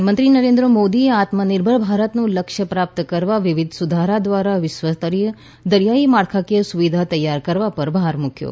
પ્રધાનમંત્રી નરેન્દ્ર મોદીએ આત્મનિર્ભર ભારતનું લક્ષ્ય પ્રાપ્ત કરવા વિવીધ સુધારા ધ્વારા વિશ્વસ્તરીય દરીયાઇ માળખાકીય સુવિધા તૈયાર કરવા પર ભાર મુકથો